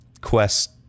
quest